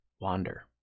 Wander